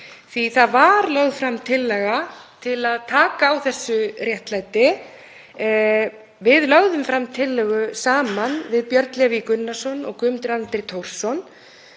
því það var lögð fram tillaga til að taka á þessu réttlæti. Við lögðum fram tillögu saman, við Björn Leví Gunnarsson og Guðmundur Andri Thorsson,